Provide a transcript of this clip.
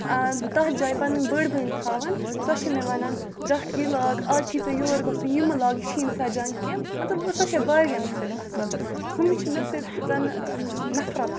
تَتھ جایہِ پَنٕنۍ بٔڑ بٮ۪نہِ تھاوان سۄ چھِ مےٚ وَنان رَٹھ یہِ لاگ آز چھِ یی ژےٚ یور گژھُن یہِ مہ لاگ یہِ چھِی نہٕ سَجان کینٛہہ مطلب سۄ چھےٚ واریاہ مےٚ سۭتۍ اَصٕل ہُم چھِ مےٚ سۭتۍ زَنہٕ نَفرَت